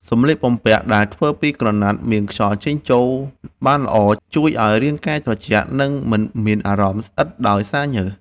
សម្លៀកបំពាក់ដែលធ្វើពីក្រណាត់មានខ្យល់ចេញចូលបានល្អជួយឱ្យរាងកាយត្រជាក់ និងមិនមានអារម្មណ៍ស្អិតដោយសារញើស។